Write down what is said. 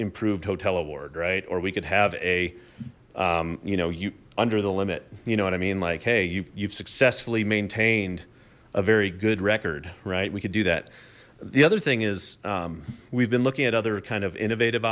improved hotel award right or we could have a you know you under the limit you know what i mean like hey you you've successfully maintained a very good record right we could do that the other thing is we've been looking at other kind of innovative